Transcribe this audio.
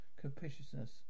capriciousness